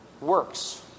works